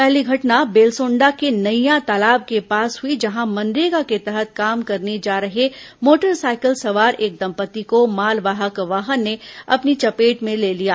पहली घटना बेलसोंडा के नईया तालाब के पास हुई जहां मनरेगा के तहत काम करने जा रहे मोटर सायकल सवार एक दंपत्ति को मालवाहक वाहन ने अपनी चेपेट में ले लिया